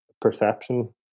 perception